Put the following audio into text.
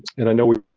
and i know we